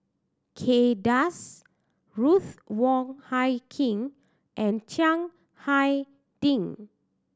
Kay Das Ruth Wong Hie King and Chiang Hai Ding